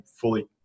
fully